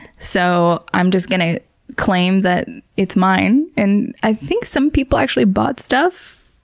so i'm just gonna claim that it's mine. and i think some people actually bought stuff.